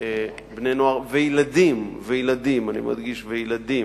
בני-נוער וילדים, וילדים, אני מדגיש, וילדים,